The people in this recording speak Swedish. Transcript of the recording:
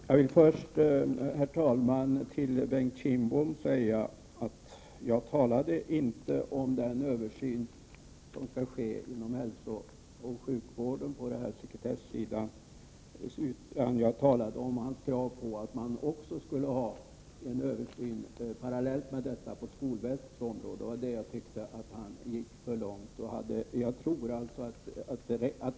Herr talman! Låt mig först säga till Bengt Kindbom att jag inte talade om den översyn som skall ske på hälsooch sjukvårdsområdet, utan jag talade om hans krav på en parallell översyn på skolväsendets område. Jag ansåg att det kravet gick för långt.